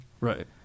Right